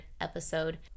episode